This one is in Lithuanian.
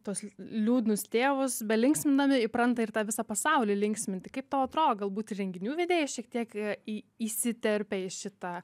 tuos liūdnus tėvus be linksmindami įpranta ir tą visą pasaulį linksminti kaip tau atrodo galbūt ir renginių vedėjai šiek tiek į į įsiterpia į šitą